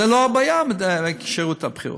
זו לא הבעיה, כשירות הבחירות.